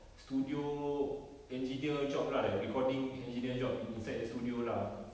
studio engineer job lah like recording engineer job in~ inside the studio lah